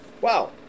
wow